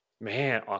Man